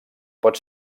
pot